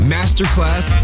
Masterclass